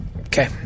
Okay